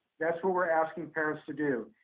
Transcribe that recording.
that's what we're asking parents to do.